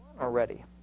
already